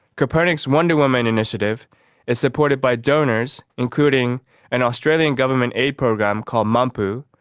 kopernik's wonder woman initiative is supported by donors, including an australian government aid program called mampu,